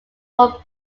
one